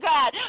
God